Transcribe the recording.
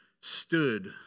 stood